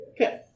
Okay